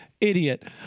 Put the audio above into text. idiot